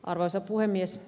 arvoisa puhemies